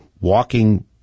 walking